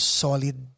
solid